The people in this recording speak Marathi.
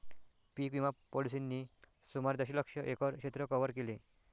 पीक विमा पॉलिसींनी सुमारे दशलक्ष एकर क्षेत्र कव्हर केले